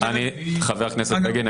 חבר הכנסת בגין,